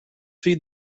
feed